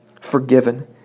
Forgiven